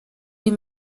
les